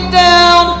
down